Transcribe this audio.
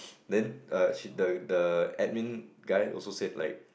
then err she the the admin guy also said like